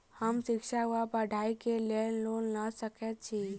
हम शिक्षा वा पढ़ाई केँ लेल लोन लऽ सकै छी?